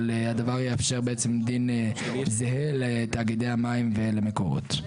אבל הדבר יאפשר בעצם דין זהה לתאגידי המים ולמקורות.